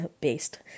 based